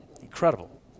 Incredible